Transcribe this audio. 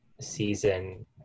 season